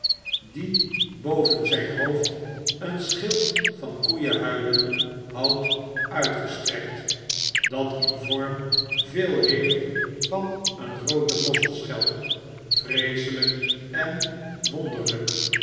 die boven zyn hoofd een schild van koeienhuiden houdt uitgestrekt dat in vorm veel heeft van een groote mosselschelp vreeselijk en wonderlp